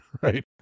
right